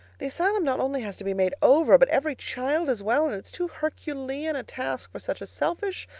the asylum not only has to be made over, but every child as well, and it's too herculean a task for such a selfish,